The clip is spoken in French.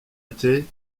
était